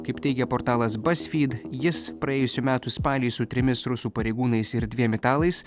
kaip teigia portalas bazfyd jis praėjusių metų spalį su trimis rusų pareigūnais ir dviem italais